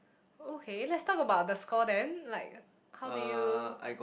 okay let's talk about the score then like how do you